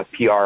PR